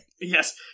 Yes